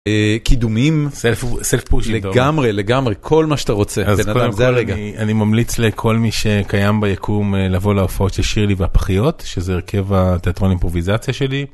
קידומים לגמרי לגמרי כל מה שאתה רוצה אני ממליץ לכל מי שקיים ביקום לבוא להופעות של שירלי והפחיות שזה הרכב התיאטרון אימפרוביזציה שלי.